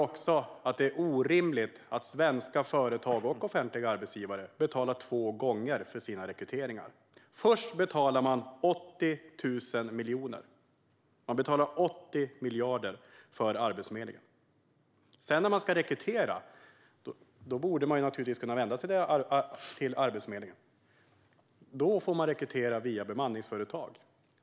Det är orimligt att svenska företag och offentliga arbetsgivare betalar två gånger för sina rekryteringar. Först betalar de 80 miljarder för Arbetsförmedlingen. Men när de sedan ska rekrytera, och alltså borde kunna vända sig till Arbetsförmedlingen, får de vända sig till bemanningsföretag.